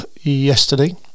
yesterday